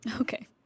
Okay